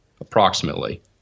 approximately